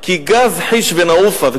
כי גז חיש ונעופה.